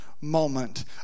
moment